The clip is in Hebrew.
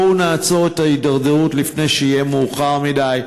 בואו נעצור את ההידרדרות לפני שיהיה מאוחר מדי.